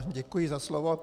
Děkuji za slovo.